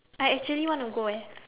I actually wanna go eh